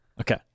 Okay